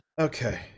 Okay